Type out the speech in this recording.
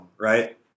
right